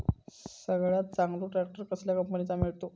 सगळ्यात चांगलो ट्रॅक्टर कसल्या कंपनीचो मिळता?